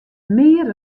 mear